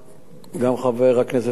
חבר הכנסת נפאע